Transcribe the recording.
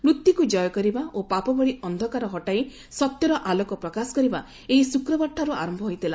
ମୃତ୍ୟୁକୁ ଜୟ କରିବା ଓ ପାପ ଭଳି ଅକ୍ଷକାର ହଟାଇ ସତ୍ୟ ଆଲୋକ ପ୍ରକାଶ କରିବା ଏହି ଶୁକ୍ରବାରଠାରୁ ଆର ହୋଇଥିଲା